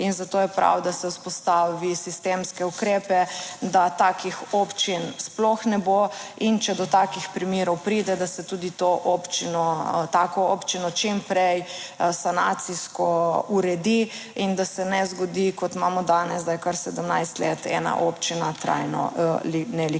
in zato je prav, da se vzpostavi sistemske ukrepe, da takih občin sploh ne bo, in če do takih primerov pride, da se tudi to občino, tako občino čim prej sanacijsko uredi in da se ne zgodi kot imamo danes, da je kar 17 let ena občina trajno